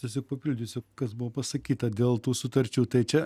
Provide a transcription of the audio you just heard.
tiesiog papildysiu kas buvo pasakyta dėl tų sutarčių tai čia